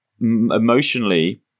emotionally